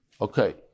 Okay